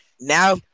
now